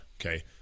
okay